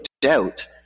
doubt